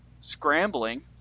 scrambling